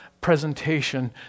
presentation